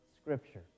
Scripture